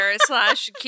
slash